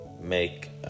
make